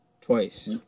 Twice